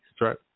right